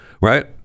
Right